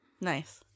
Nice